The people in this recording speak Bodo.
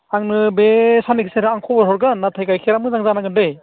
आंनो बे साननैसोनि गेजेराव आं खबर हरगोन नाथाय गाइखेरा मोजां जानांगोन दै